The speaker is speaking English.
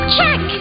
Check